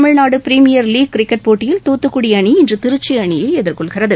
தமிழ்நாடுபீரிமியர் league cricket போட்டியில் தூத்துக்குடிஅணி இன்றுதிருச்சிஅணியைஎதிர்கொள்கிறது